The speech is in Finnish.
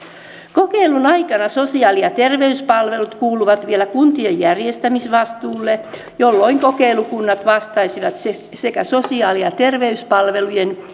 kokeilun aikana sosiaali ja terveyspalvelut kuuluvat vielä kuntien järjestämisvastuulle jolloin kokeilukunnat vastaisivat sekä sosiaali ja terveyspalvelujen